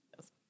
Yes